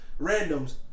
randoms